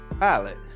pilot